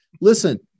listen